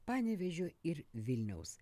panevėžio ir vilniaus